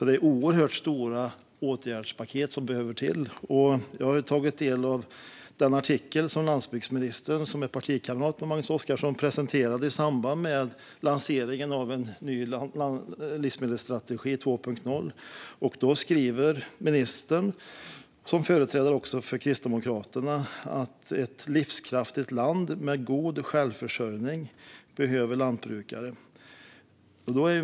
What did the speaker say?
Det är oerhört stora åtgärdspaket som behövs. Jag har tagit del av den artikel som landsbygdsministern, som är partikamrat med Magnus Oscarsson, presenterade i samband med lanseringen av en ny livsmedelsstrategi, eller livsmedelsstrategin 2.0. Ministern skrev, också som företrädare för Kristdemokraterna, att ett livskraftigt land med god självförsörjning behöver lantbrukare.